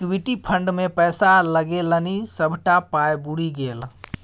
equity fund मे पैसा लगेलनि सभटा पाय बुरि गेल